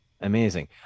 amazing